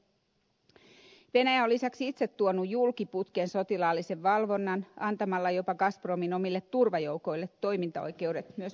venäjä on lisäksi itse tuonut julki putken sotilaallisen valvonnan antamalla jopa gazpromin omille turvajoukoille toimintaoikeudet myös maansa ulkopuolella